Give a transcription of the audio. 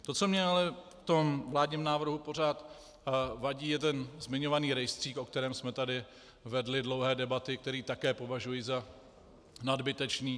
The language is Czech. To, co mě ale v tom vládním návrhu pořád vadí, je ten zmiňovaný rejstřík, o kterém jsme tady vedli dlouhé debaty, který také považuji za nadbytečný.